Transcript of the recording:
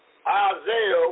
Isaiah